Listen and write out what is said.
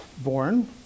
born